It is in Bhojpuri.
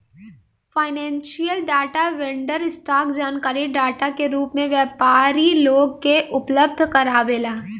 फाइनेंशियल डाटा वेंडर, स्टॉक जानकारी डाटा के रूप में व्यापारी लोग के उपलब्ध कारावेला